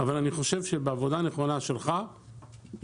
אבל אני חושב שבעבודה נכונה שלך יהיה